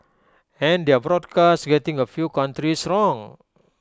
and their broadcast getting A few countries wrong